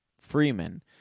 Freeman